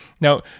Now